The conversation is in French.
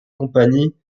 compagnie